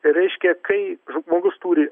reiškia kai žmogus turi